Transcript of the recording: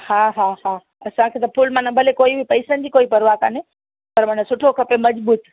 हा हा हा असांखे त फुल माना भई कोई बि पैसनि जी कोई परवाह कोन्हे पर माना सुठो खपे मजबूत